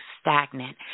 stagnant